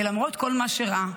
ולמרות כל מה שראה,